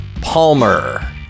Palmer